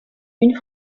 une